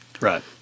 Right